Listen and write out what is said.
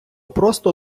просто